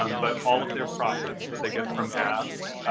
um but all of their profits that they get from ads,